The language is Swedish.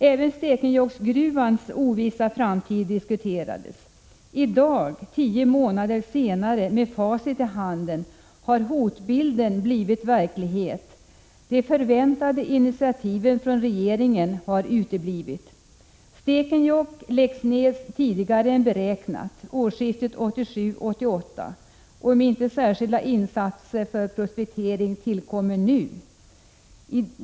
Även Stekenjokksgruvans ovissa framtid diskuterades. I dag, tio månader senare, när vi har facit i hand, har hotbilden blivit verklighet, och de förväntade initiativen från regeringen har uteblivit. Stekenjokk läggs ner tidigare än beräknat, vid årsskiftet 1987-1988, om inte särskilda insatser för prospektering tillkommer nu.